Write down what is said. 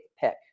pick